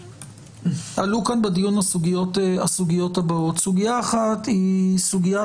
עלו כאן בדיון הסוגיות הבאות: סוגיה אחת היא סוגיית